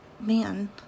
man